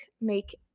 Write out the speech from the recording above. make